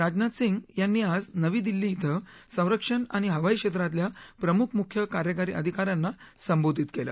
राजथान सिंग यांनी आज नवी दिल्ली श्वे संरक्षण आणि हवाई क्षेत्रातल्या प्रमुख मुख्य कार्यकारी अधिकाऱ्यांना संबोधीत केलं